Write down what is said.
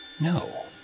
No